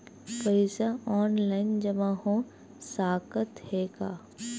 पईसा ऑनलाइन जमा हो साकत हे का?